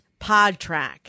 PodTrack